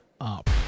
up